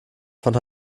von